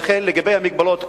לגבי המגבלות,